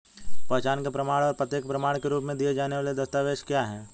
पहचान के प्रमाण और पते के प्रमाण के रूप में दिए जाने वाले दस्तावेज क्या हैं?